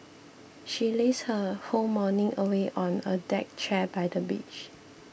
she lazed her whole morning away on a deck chair by the beach